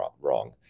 wrong